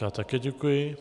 Já také děkuji.